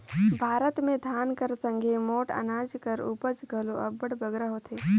भारत में धान कर संघे मोट अनाज कर उपज घलो अब्बड़ बगरा होथे